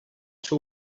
seu